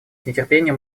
нетерпением